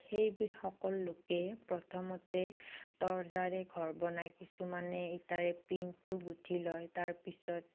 সেইসকল লোকে প্ৰথমতে তৰ্জাৰে ঘৰ বনায় কিছুমানে ইটাৰে প্ৰিনটো গুঠি লয় তাৰ পিছত